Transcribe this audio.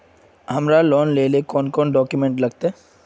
हमरा लोन लेले कौन कौन डॉक्यूमेंट लगते?